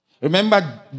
Remember